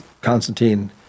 constantine